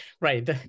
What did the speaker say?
right